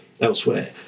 elsewhere